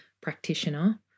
practitioner